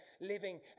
living